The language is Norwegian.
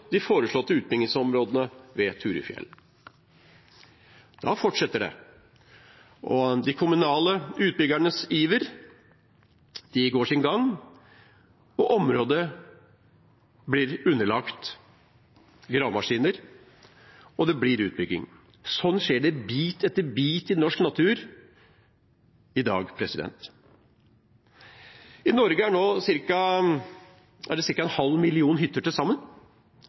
de foreslåtte utbyggingsområdene ved Turufjell.» Da fortsetter det, de kommunale utbyggernes iver går sin gang, området blir underlagt gravemaskiner, og det blir utbygging. Sånn skjer det bit for bit i norsk natur i dag. I Norge er det nå ca. en halv million hytter til sammen.